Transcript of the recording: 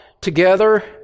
together